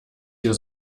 hier